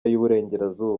y’iburengerazuba